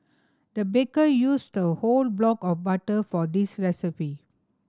the baker used a whole block of butter for this recipe